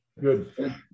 good